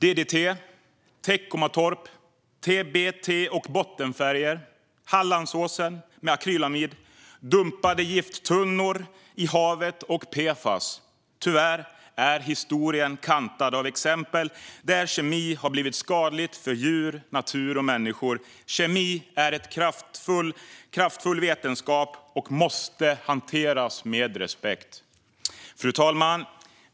DDT, Teckomatorp, TBT och bottenfärger, Hallandsåsen med akrylamid, dumpade gifttunnor i havet och PFAS - tyvärr är historien kantad av exempel där kemi har blivit skadligt för djur, natur och människor. Kemi är en kraftfull vetenskap och måste hanteras med respekt. Fru talman!